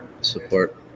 support